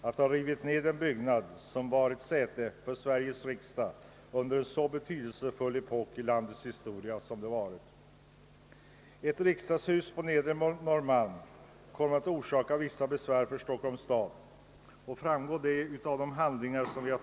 Vi får inte riva ned den byggnad som varit säte för Sveriges riksdag under en så betydelsefull epok i landets historia. Det framgår av de handlingar vi tagit del av att ett riksdagshus på Nedre Norrmalm kommer att orsaka vissa besvär för Stockholms stad.